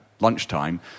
lunchtime